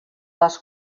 les